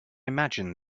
imagine